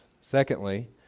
Secondly